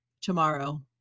tomorrow